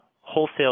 wholesale